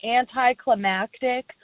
anticlimactic